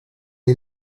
est